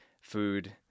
food